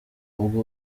ubwo